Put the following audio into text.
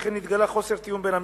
וכן נתגלה חוסר תיאום בין המשרדים.